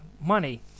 money